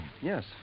Yes